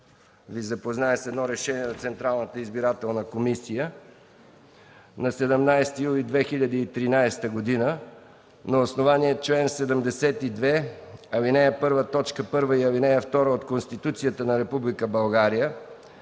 Ви запозная с едно решение на Централната избирателна комисия. „На 17 юли 2013 г. на основание чл. 72, ал. 1, т. 1 и ал. 2 от Конституцията на Република